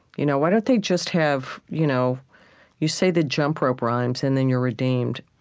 you know why don't they just have you know you say the jump-rope rhymes, and then you're redeemed?